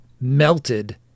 melted